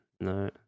no